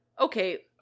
Okay